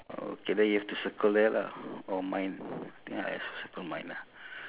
mm ya should be ah